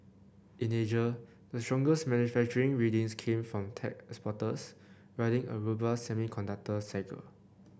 in Asia the strongest manufacturing readings came from tech exporters riding a robust semiconductor cycle